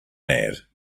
mad